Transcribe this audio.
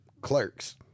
Clerks